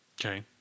Okay